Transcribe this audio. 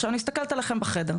עכשיו אני מסתכלת עליכם בחדר,